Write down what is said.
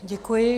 Děkuji.